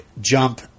jump